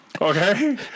Okay